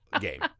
game